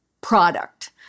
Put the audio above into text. product